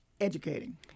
Educating